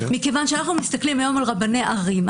מכיוון שאנחנו מסתכלים היום על רבני ערים,